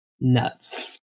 nuts